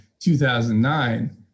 2009